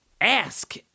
Ask